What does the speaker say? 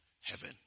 heaven